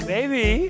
Baby